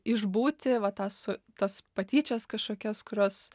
išbūti va tą su tas patyčias kažkokias kurios